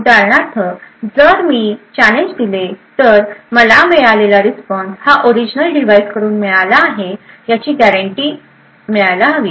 उदाहरणार्थ जर मी चॅलेंज दिले तर मला मिळालेला रिस्पॉन्स हा ओरिजनल डिव्हाइस कडून मिळालेला आहे याची गॅरंटी मिळायला हवी